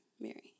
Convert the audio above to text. Mary